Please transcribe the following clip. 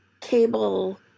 cable